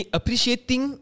appreciating